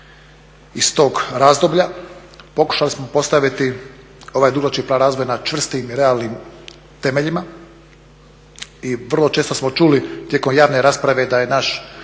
iz tog razdoblja, pokušali smo postaviti ovaj dugoročni plan razvoja na čvrstim i realnim temeljima i vrlo često smo čuli tijekom javne rasprave da je naš